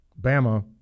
Bama